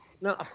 no